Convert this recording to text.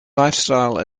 lifestyle